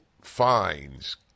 fines